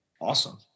Awesome